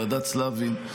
ועדת סלבין,